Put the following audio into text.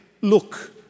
look